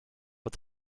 but